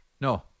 No